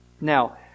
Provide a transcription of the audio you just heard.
Now